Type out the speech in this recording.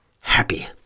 happy